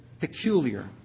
peculiar